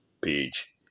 page